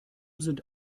sind